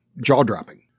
jaw-dropping